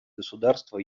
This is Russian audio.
государства